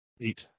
Eight